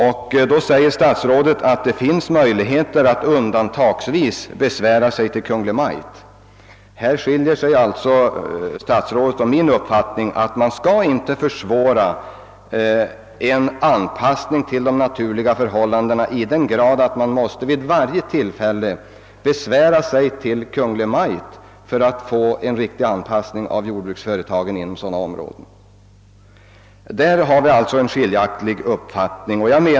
Statsrådet säger då, att det undantagsvis finns möjligheter att besvära sig hos Kungl. Maj:t. Här skiljer sig alltså statsrådets och min uppfattning. Jag anser att man inte skall försvåra en anpassning till de naturliga förhållandena i den grad som blir fallet om man vid varje tillfälle måste besvära sig hos Kungl. Maj:t för att få till stånd en riktig anpassning av jordbruksföretagen inom sådana områden.